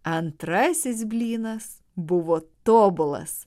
antrasis blynas buvo tobulas